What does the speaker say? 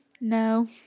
No